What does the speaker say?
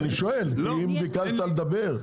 אני שואל כי ביקשת לדבר.